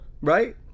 Right